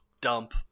dump